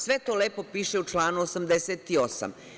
Sve to lepo piše u članu 88.